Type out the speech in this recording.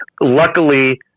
luckily